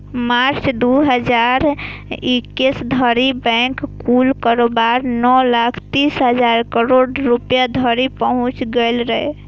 मार्च, दू हजार इकैस धरि बैंकक कुल कारोबार नौ लाख तीस हजार करोड़ रुपैया धरि पहुंच गेल रहै